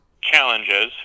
challenges